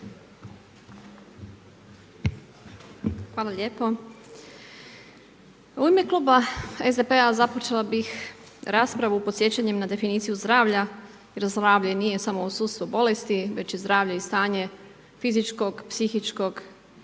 Hvala lijepo. U ime Kluba SDP-a započela bi raspravu podsjećanjem na definiciju zdravlja, jer zdravlja nije samo u sustavu bolesti, već je zdravlje i stanje, fizičkog, psihičkog